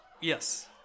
Yes